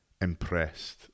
impressed